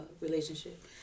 relationship